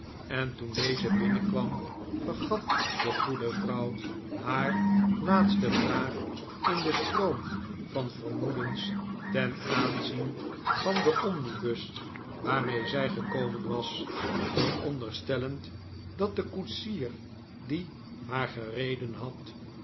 en toen deze binnenkwam vergat de goede vrouw haar laatste vraag in den stroom van vermoedens ten aanzien van den omnibus waarmee zij gekomen was veronderstellend dat de koetsier die haar gereden had